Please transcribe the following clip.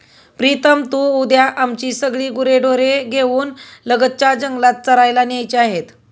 प्रीतम तू उद्या आमची सगळी गुरेढोरे घेऊन लगतच्या जंगलात चरायला न्यायची आहेत